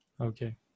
Okay